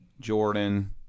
Jordan